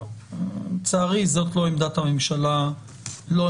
זהו, לצערי זאת לא עמדת הממשלה כרגע.